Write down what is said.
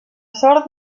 sort